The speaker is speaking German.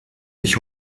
ich